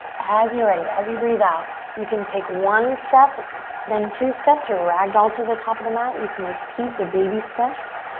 as you're ready, as you breathe out, you can take one step then two step to ragdoll to the top of the mat, you can repeat the baby steps,